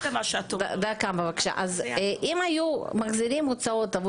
אם היו מחזירים הוצאות,